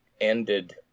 ended